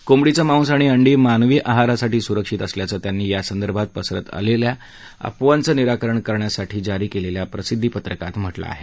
कोंबडीचं मांस आणि अंडी मानवी आहारासाठी सुरक्षित असल्याचं त्यांनी यासंदर्भात पसरत असलेल्या अफवांचं निराकरण करण्यासाठी जारी केलेल्या प्रसिद्धीपत्रकात म्हटलं आहे